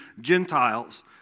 Gentiles